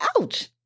Ouch